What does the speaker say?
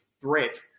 threat